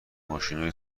ماشینهای